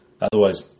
Otherwise